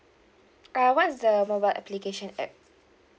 err what's the mobile application app